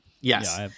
Yes